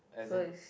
so is